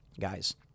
guys